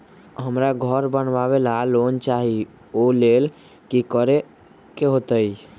हमरा घर बनाबे ला लोन चाहि ओ लेल की की करे के होतई?